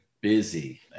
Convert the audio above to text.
busy